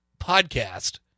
podcast